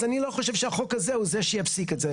אז אני לא חושב שהחוק הזה הוא זה שיפסיק את זה,